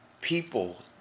people